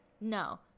No